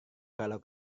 kalau